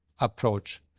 approach